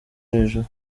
hejuru